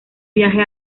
viaje